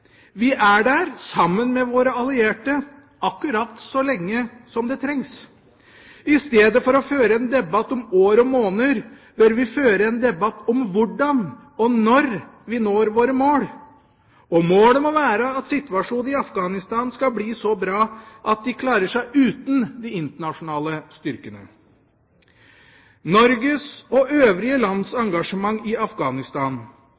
Vi er der – sammen med våre allierte – akkurat så lenge som det trengs. I stedet for å føre en debatt om år og måneder bør vi føre en debatt om hvordan og når vi når våre mål, og målet må være at situasjonen i Afghanistan skal bli så bra at de klarer seg uten de internasjonale styrkene. Norges og øvrige lands